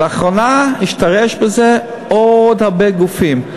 לאחרונה זה השתרש בעוד הרבה גופים.